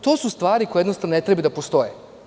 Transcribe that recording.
To su stvari koje jednostavno ne treba da postoje.